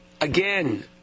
again